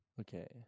Okay